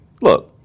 Look